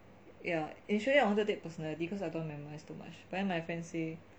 yeah initially I wanted to take personally because I don't memorise too much but then my friend say